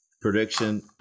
prediction